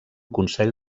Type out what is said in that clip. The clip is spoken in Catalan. consell